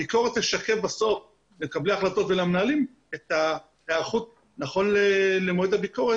הביקורת תשקף בסוף למקבלי ההחלטות ולמנהלים את ההיערכות נכון למועד הביקורת